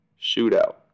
Shootout